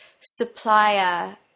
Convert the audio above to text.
supplier